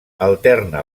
alterna